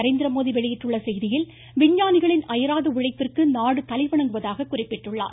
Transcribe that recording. நரேந்திரமோடி வெளியிட்டுள்ள செய்தியில் விஞ்ஞானிகளின் அயாராத உழைப்பிற்கு நாடு தலைவணங்குவதாக குறிப்பிட்டுள்ளார்